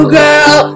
girl